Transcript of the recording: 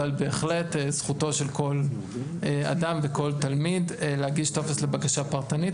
אבל בהחלט זכותו של כל אדם וכל תלמיד להגיש טופס לבקשה פרטנית,